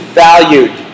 valued